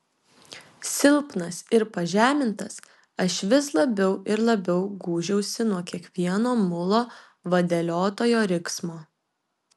silpnas ir pažemintas aš vis labiau ir labiau gūžiausi nuo kiekvieno mulo vadeliotojo riksmo